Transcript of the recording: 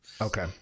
Okay